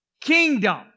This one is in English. kingdom